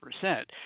percent